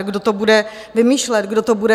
Kdo to bude vymýšlet, kdo to bude ?